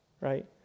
right